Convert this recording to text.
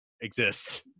exists